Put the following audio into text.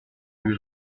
lui